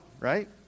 right